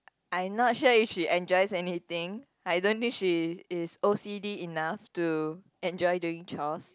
I not sure if she enjoys anything I don't think she is O_C_D enough to enjoy doing chores